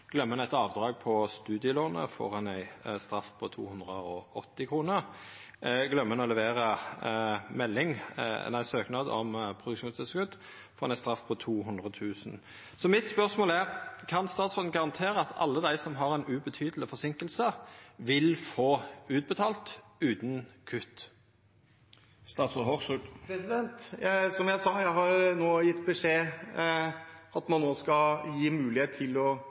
280 kr. Gløymer ein å levera søknad om produksjonstilskot, får ein ei straff på 200 000 kr. Spørsmålet mitt er: Kan statsråden garantera at alle dei som har ei ubetydeleg forseinking, vil få utbetalt utan kutt? Som jeg sa, har jeg nå gitt beskjed om at man skal gi dem som kom for sent, mulighet til å